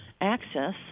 access